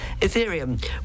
Ethereum